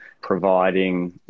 providing